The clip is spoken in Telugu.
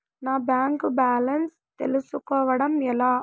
నా బ్యాంకు బ్యాలెన్స్ తెలుస్కోవడం ఎలా?